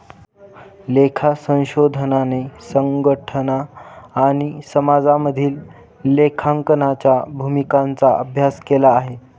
लेखा संशोधनाने संघटना आणि समाजामधील लेखांकनाच्या भूमिकांचा अभ्यास केला आहे